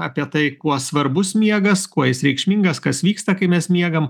apie tai kuo svarbus miegas kuo jis reikšmingas kas vyksta kai mes miegam